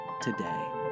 today